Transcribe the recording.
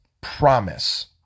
promise